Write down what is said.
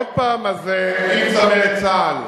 עם צמרת צה"ל.